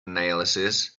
analysis